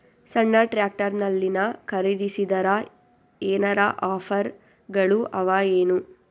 ಸಣ್ಣ ಟ್ರ್ಯಾಕ್ಟರ್ನಲ್ಲಿನ ಖರದಿಸಿದರ ಏನರ ಆಫರ್ ಗಳು ಅವಾಯೇನು?